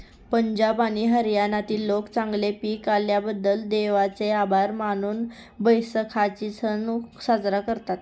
पंजाब आणि हरियाणातील लोक चांगले पीक आल्याबद्दल देवाचे आभार मानून बैसाखीचा सण साजरा करतात